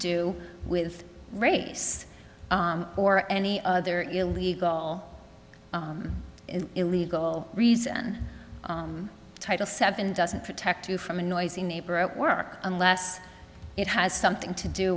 do with race or any other illegal is illegal reason title seven doesn't protect you from a noisy neighbor at work unless it has something to do